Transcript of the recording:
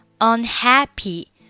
Unhappy